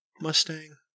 Mustang